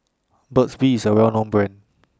Burt's Bee IS A Well known Brand